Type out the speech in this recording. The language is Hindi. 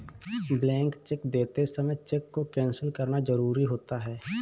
ब्लैंक चेक देते समय चेक को कैंसिल करना जरुरी होता है